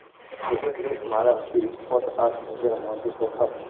basis risk মালে হছে spot আর হেজের মইধ্যে তফাৎ